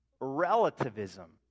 relativism